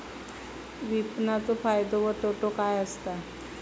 विपणाचो फायदो व तोटो काय आसत?